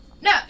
No